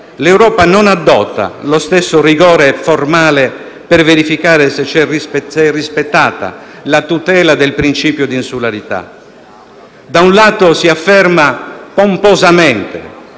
l'Europa non adotta lo stesso rigore formale per verificare se viene rispettata la tutela del principio di insularità. Da un lato si afferma pomposamente